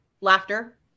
laughter